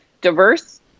Diverse